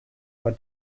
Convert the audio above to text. are